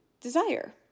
desire